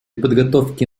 подготовки